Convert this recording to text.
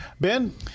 Ben